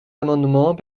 amendement